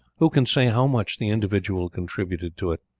who can say how much the individual contributed to it,